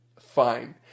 fine